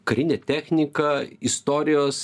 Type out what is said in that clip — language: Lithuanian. karinė technika istorijos